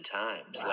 times